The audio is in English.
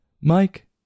Mike